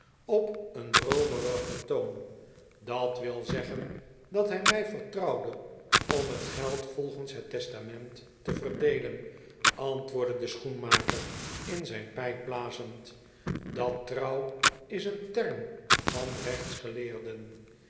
op een droomerigen toon dat wil zeggen dat hij mij vertrouwde om het geld volgens het testament te verdeelen antwoordde de schoenmaker in zijn pijp blazend dat trouw is een term van